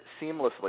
seamlessly